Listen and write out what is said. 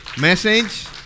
message